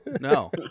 No